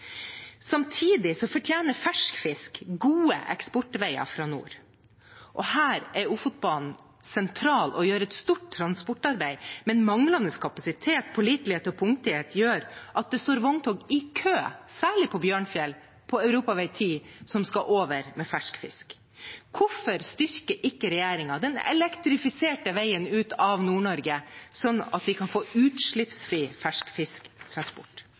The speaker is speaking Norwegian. fortjener fersk fisk gode eksportveier fra nord. Her er Ofotbanen sentral og gjør et stort transportarbeid. Men manglende kapasitet, pålitelighet og punktlighet gjør at det står vogntog i kø, særlig på Bjørnfjell, på europavei 10, som skal over med fersk fisk. Hvorfor styrker ikke regjeringen den elektrifiserte veien ut av Nord-Norge, sånn at vi kan få utslippsfri